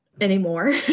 Anymore